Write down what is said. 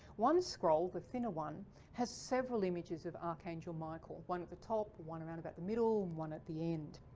one scroll the thinner one has several images of archangel michael. one at the top. one around about the middle and one at the end.